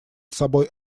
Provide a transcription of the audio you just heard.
собой